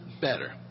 better